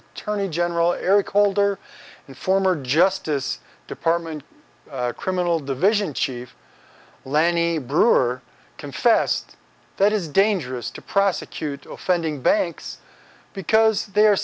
attorney general eric holder and former justice department criminal division chief lanny breuer confessed that is dangerous to prosecute offending banks because they